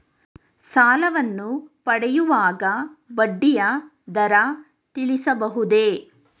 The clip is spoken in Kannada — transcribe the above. ಸಾಲವನ್ನು ಪಡೆಯುವಾಗ ಬಡ್ಡಿಯ ದರ ತಿಳಿಸಬಹುದೇ?